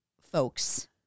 folks